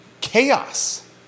chaos